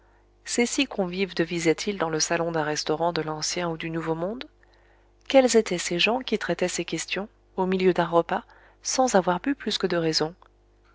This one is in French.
ces six convives devisaient ils dans le salon d'un restaurant de l'ancien ou du nouveau monde quels étaient ces gens qui traitaient ces questions au milieu d'un repas sans avoir bu plus que de raison